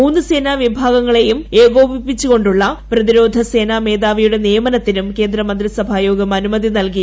മൂന്ന് സേനാ വിഭാഗങ്ങളെയും ഏകോപിപ്പിച്ച് കൊണ്ടുള്ള പ്രതിരോധ സേനാ മേധാവിയുടെ നിയമനത്തിനും കേന്ദ്രമന്ത്രിസഭായോഗം അനുമതി നൽകി